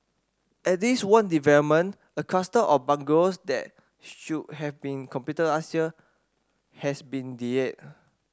at least one development a cluster of bungalows that should have been completed last year has been delayed